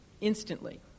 instantly